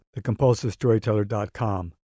thecompulsivestoryteller.com